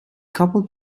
couple